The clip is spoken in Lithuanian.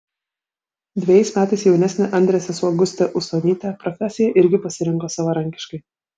dvejais metais jaunesnė andrės sesuo gustė usonytė profesiją irgi pasirinko savarankiškai